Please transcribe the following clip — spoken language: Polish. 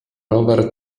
rower